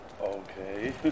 Okay